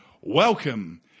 welcome